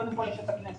קודם כול יש את הכנסת